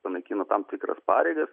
panaikina tam tikras pareigas